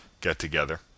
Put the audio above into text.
get-together